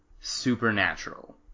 Supernatural